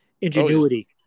ingenuity